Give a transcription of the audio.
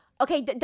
Okay